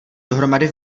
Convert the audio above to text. dohromady